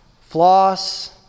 floss